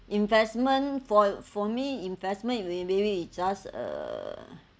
investment for for me investment be maybe you just a